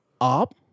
Up